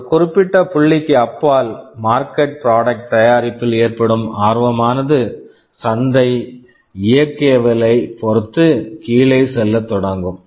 ஒரு குறிப்பிட்ட புள்ளிக்கு அப்பால் மார்க்கெட் பிராடக்ட் market product தயாரிப்பில் ஏற்படும் ஆர்வமானது சந்தை இயக்கவியலைப் பொறுத்து கீழே செல்லத் தொடங்கும்